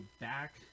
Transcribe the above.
back